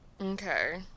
Okay